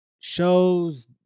shows